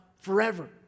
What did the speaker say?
forever